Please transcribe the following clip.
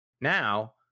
Now